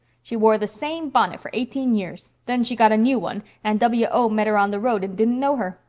she wore the same bonnet for eighteen years. then she got a new one and w o. met her on the road and didn't know her.